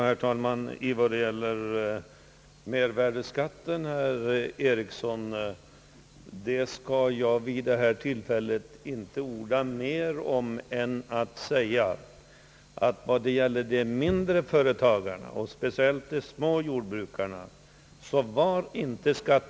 Herr talman! Jag skall, herr Einar Eriksson, inte orda mer om mervärdeskatten. Jag vill dock framhålla att skatteberedningens förslag då det gäller de mindre företagen och speciellt de små jordbruken inte var fulländat.